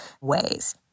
ways